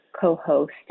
co-host